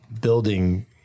building